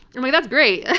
i'm like, that's great.